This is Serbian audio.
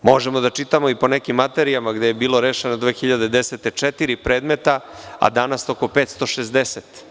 Možemo da čitamo i po nekim materijama gde je bilo rešeno 2010. četiri predmeta, a danas oko 560.